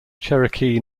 cherokee